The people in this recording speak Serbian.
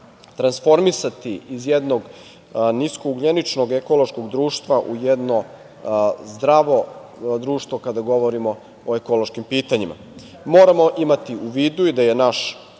transformisati iz jednog niskougljeničnog ekološkog društva u jedno zdravo društvo kada govorimo o ekološkim pitanjima. Moramo imati u vidu i da je naš